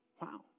Wow